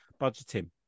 Budgeting